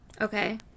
okay